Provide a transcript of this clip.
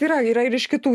yra yra ir iš kitų